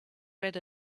read